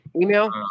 Email